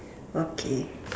okay